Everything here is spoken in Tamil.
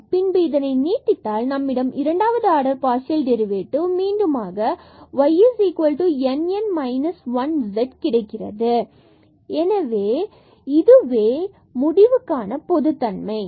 பின்பு இதனை நீட்டித்தால் நம்மிடம் இரண்டாவது ஆர்டர் பார்சியல் டெரிவேடிவ் மீண்டுமாக y n n minus 1 z கிடைக்கிறது இதுவே இந்த முடிவுக்கான பொதுவான தன்மை ஆகும்